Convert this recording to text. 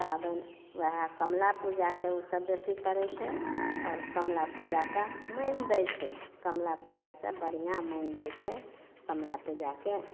पाबनि वएह कमला पूजाके ओसभ बेसी करै छै आओर कमला पूजाके मानि दै छै कमला पूजासे बढ़िआँ मानि दै छै कमला पूजाकेँ